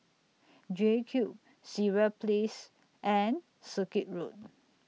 JCube Sireh Place and Circuit Road